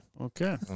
Okay